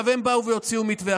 הם באו והוציאו מתווה.